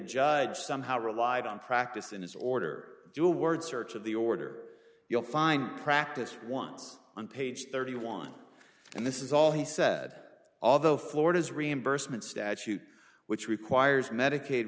judge somehow relied on practice in his order do a word search of the order you'll find practice once on page thirty one and this is all he said although florida's reimbursement statute which requires medicaid